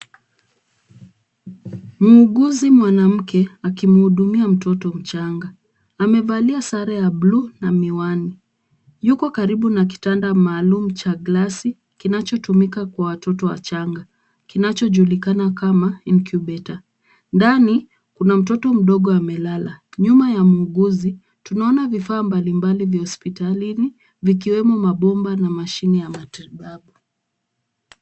Muuguzi mwanamke akimhudumia mtoto mchanga, amevalia sare ya bluu na miwani, yuko karibu na kitanda maalum cha glasi kinachotumika kwa watoto wachanga kinachojulikana kama incubator . Ndani kuna mtoto mdogo amelala, nyuma ya muuguzi tunaona vifaa mbalimbali vya hospitalini vikiwemo mabomba na mashine ya matibabu.